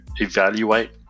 evaluate